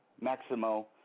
Maximo